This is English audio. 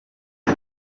for